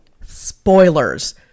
Spoilers